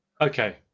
Okay